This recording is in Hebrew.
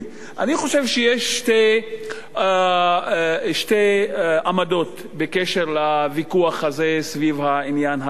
אני חושב שיש שתי עמדות בקשר לוויכוח הזה סביב העניין האירני.